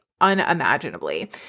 unimaginably